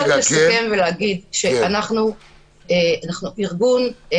זאת אומרת שגם הצד השני הוא קונפליקטיבי ואותו אנחנו שוכחים.